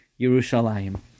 Yerushalayim